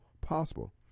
possible